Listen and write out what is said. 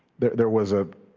that there was ah